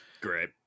great